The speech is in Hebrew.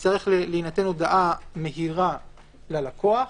יצטרכו לתת הודעה מהירה ללקוח.